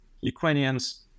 Ukrainians